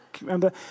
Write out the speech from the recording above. remember